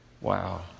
Wow